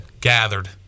gathered